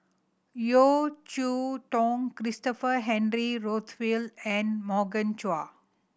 Yeo Cheow Tong Christopher Henry Rothwell and Morgan Chua